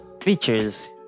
features